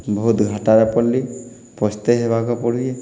ବହୁତ୍ ଘାଟାରେ ପଡ଼୍ଲି ପସ୍ତେଇ ହେବାକେ ପଡୁଛେ